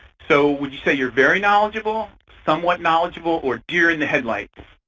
so would you say you're very knowledgeable, somewhat knowledgeable, or deer in the headlights?